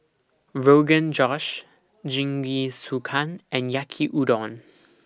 Rogan Josh Jingisukan and Yaki Udon